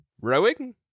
rowing